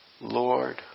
Lord